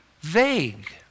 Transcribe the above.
vague